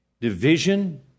division